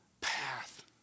path